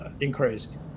increased